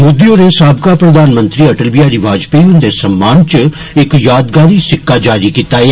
मोदी होरें साबका प्रधानमंत्री अटल बिहारी वाजपेई हुन्दे सम्मान च इक यादगारी सिक्का जारी कीता ऐ